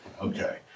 Okay